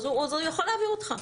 אז הוא יכול להעביר אותך.